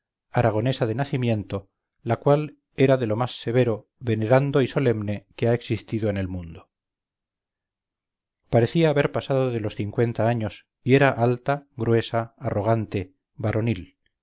etc aragonesa de nacimiento la cual era de lo más severo venerando y solemne que ha existido en el mundo parecía haber pasado de los cincuenta años y era alta gruesa arrogante varonil